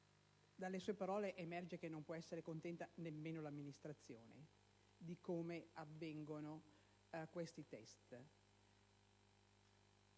Sottosegretario emerge che non può essere contenta nemmeno l'amministrazione di come avvengono questi test.